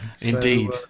indeed